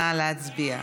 נא להצביע.